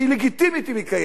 שהיא לגיטימית אם היא קיימת,